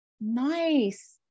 Nice